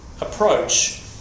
approach